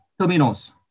terminals